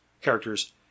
characters